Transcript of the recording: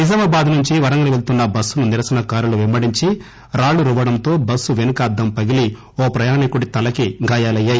నిజామాబాద్ నుంచి వరంగల్ వెళ్తున్న బస్సును నిరసనకారులు పెంబడించి రాళ్లు రువ్వడంతో బస్సు పెనక అద్దం పగిలీ ఓ ప్రయాణికుడి తలకి గాయాలయ్యాయి